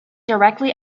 directly